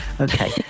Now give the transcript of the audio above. Okay